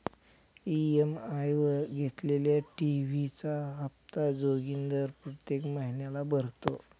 EMI वर घेतलेल्या TV चा हप्ता जोगिंदर प्रत्येक महिन्याला भरतो